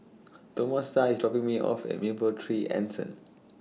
Tomasa IS dropping Me off At Mapletree Anson